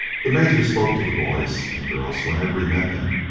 the major spoke to the boys and girls whenever he met them.